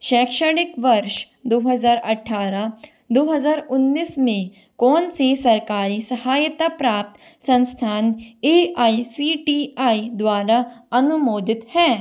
शैक्षणिक वर्ष दो हज़ार अट्ठारह दो हज़ार उन्नीस में कौन सी सरकारी सहायता प्राप्त संस्थान A I C T I द्वारा अनुमोदित हैं